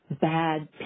bad